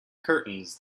curtains